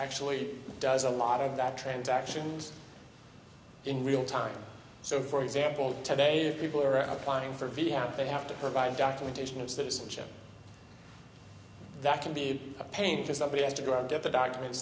actually does a lot of the transactions in real time so for example today people are applying for viagra they have to provide documentation of citizenship that can be a pain to somebody has to go and get the documents